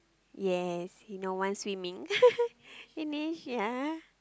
yes he no one swimming finish yeah